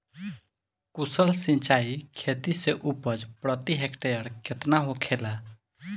कुशल सिंचाई खेती से उपज प्रति हेक्टेयर केतना होखेला?